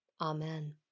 Amen